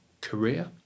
career